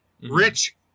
Rich